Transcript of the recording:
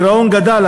הגירעון גדל,